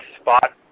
spot